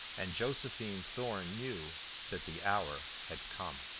and josephine thorn knew that the hour had come.